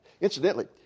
Incidentally